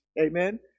amen